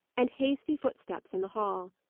and hasty footsteps in the hall.